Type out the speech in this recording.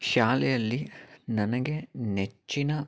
ಶಾಲೆಯಲ್ಲಿ ನನಗೆ ನೆಚ್ಚಿನ